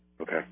Okay